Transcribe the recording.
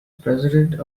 president